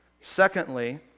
Secondly